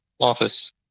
office